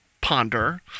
ponder